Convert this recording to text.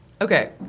Okay